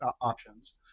options